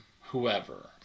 whoever